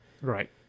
Right